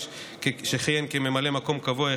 שכיהן כממלא מקום קבוע,